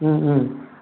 ம் ம்